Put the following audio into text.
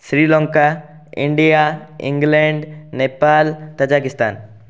Sri Lanka India England Nepal Kazakhstan